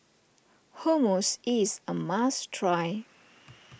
Hummus is a must try